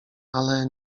ale